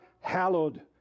hallowed